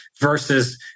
versus